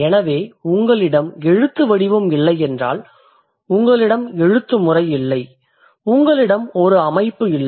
எனவே உங்களிடம் எழுத்துவடிவம் இல்லையென்றால் உங்களிடம் எழுத்து முறை இல்லை உங்களிடம் ஓர் அமைப்பு இல்லை